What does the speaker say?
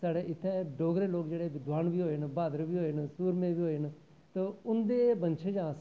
साढ़ै इत्थै डोगरे लोक जेह्ड़े विद्वान बी होए न ब्हादर बी होए न सूरमें बी होए न ते उं'दे वंशज आं अस